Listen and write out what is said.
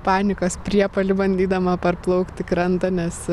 panikos priepuolį bandydama parplaukti į krantą nes